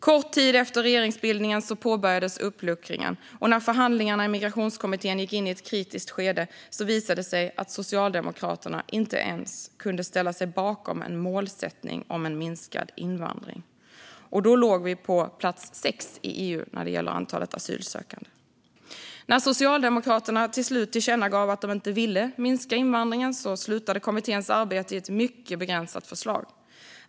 Kort tid efter regeringsbildningen påbörjades uppluckringen, och när förhandlingarna i Migrationskommittén gick in i ett kritiskt skede visade det sig att Socialdemokraterna inte ens kunde ställa sig bakom en målsättning om en minskad invandring. Och då låg vi på plats sex i EU när det gäller antalet asylsökande. När Socialdemokraterna till slut tillkännagav att de inte ville minska invandringen slutade kommitténs arbete i ett mycket begränsat förslag.